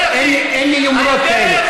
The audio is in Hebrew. אין לי יומרות כאלה,